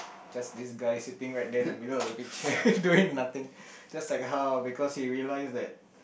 just this guy sitting right there in the middle of this picture doing nothing just like how because he realized that